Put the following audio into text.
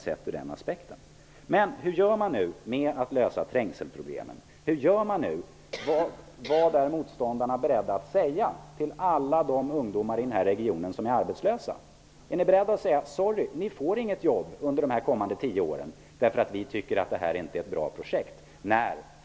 Men hur gör man nu för att lösa trängselproblemen? Vad är motståndarna beredda att säga till alla de ungdomar i regionen som är arbetslösa? Är de beredda att säga: Sorry, ni får inget jobb under de kommande tio åren, därför att vi tycker inte att det här är bra projekt.